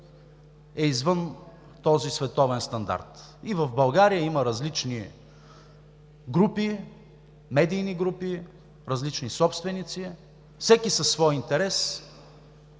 е извън този световен стандарт. И в България има различни групи, медийни групи, различни собственици – всеки със своя интерес,